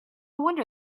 wonder